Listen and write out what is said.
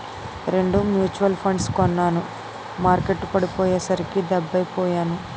రెండు మ్యూచువల్ ఫండ్లు కొన్నాను మార్కెట్టు పడిపోయ్యేసరికి డెబ్బై పొయ్యాను